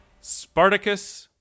spartacus